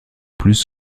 plus